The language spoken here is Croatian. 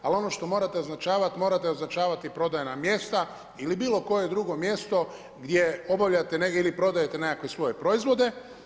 Ali ono što morate označavati, morate označavati prodajna mjesta ili bilo koje drugo mjesto gdje obavljate ili prodajete nekakve svoje proizvode.